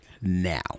now